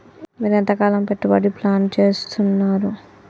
మీరు ఎంతకాలం పెట్టుబడి పెట్టాలని ప్లాన్ చేస్తున్నారు?